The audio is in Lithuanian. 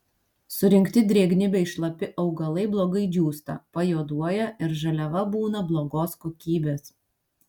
surinkti drėgni bei šlapi augalai blogai džiūsta pajuoduoja ir žaliava būna blogos kokybės